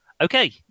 Okay